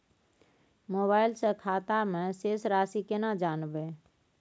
Mobile से खाता में शेस राशि केना जानबे?